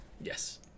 Yes